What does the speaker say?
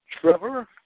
Trevor